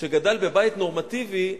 שגדל בבית נורמטיבי,